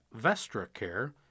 VestraCare